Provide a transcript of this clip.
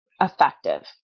effective